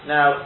Now